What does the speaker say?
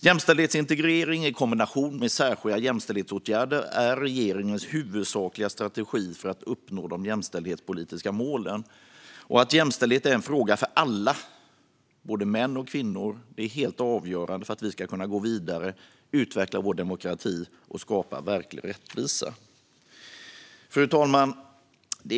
Jämställdhetsintegrering i kombination med särskilda jämställdhetsåtgärder är regeringens huvudsakliga strategi för att uppnå de jämställdhetspolitiska målen. Att jämställdhet är en fråga för alla, både män och kvinnor, är helt avgörande för att vi ska kunna gå vidare och utveckla vår demokrati och skapa verklig rättvisa. Fru talman!